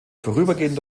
vorübergehend